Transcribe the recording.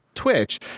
Twitch